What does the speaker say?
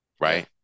Right